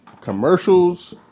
commercials